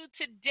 today